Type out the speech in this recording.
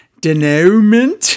denouement